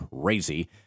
crazy